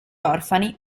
orfani